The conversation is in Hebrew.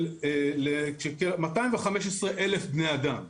של 215,000 בני אדם.